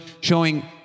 showing